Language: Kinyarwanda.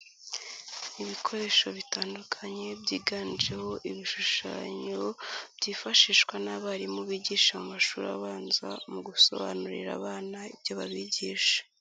Ibikoresho bitandukanye byiganjemo ibishushanyo byifashishwa n'abarimu bigisha mu mashuri abanza mu gusobanurira abana ibyo babigisha.